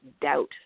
doubt